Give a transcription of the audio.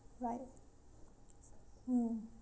right mm